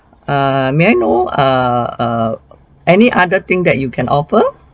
err may I know err err any other thing that you can offer